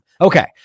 Okay